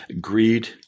Greed